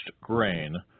grain